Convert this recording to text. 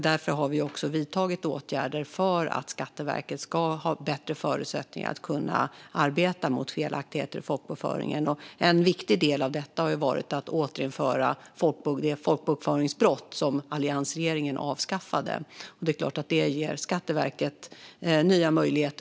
Därför har vi vidtagit åtgärder för att Skatteverket ska få bättre förutsättningar att kunna arbeta mot felaktigheter i folkbokföringen. En viktig del i detta har varit att återinföra det folkbokföringsbrott som alliansregeringen avskaffade. Det skulle såklart ge Skatteverket nya möjligheter.